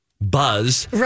buzz